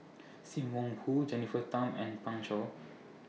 SIM Wong Hoo Jennifer Tham and Pan Shou